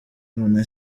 none